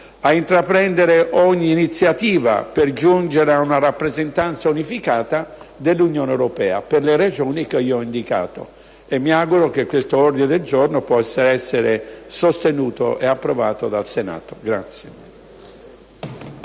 ad intraprendere ogni iniziativa per giungere ad una rappresentanza unificata dell'Unione europea, per le ragioni che ho indicato. Mi auguro che possa essere sostenuto e approvato dal Senato.